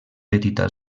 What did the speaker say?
petita